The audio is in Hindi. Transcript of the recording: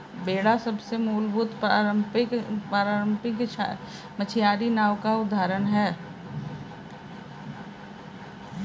बेड़ा सबसे मूलभूत पारम्परिक मछियारी नाव का उदाहरण है